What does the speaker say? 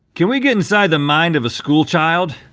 can we get inside the mind of a school child?